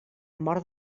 mort